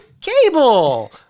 cable